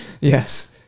Yes